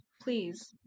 please